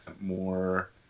more